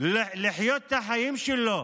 לחיות את החיים שלה.